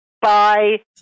Bye